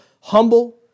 humble